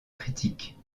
critique